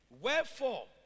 Wherefore